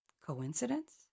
Coincidence